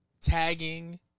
Tagging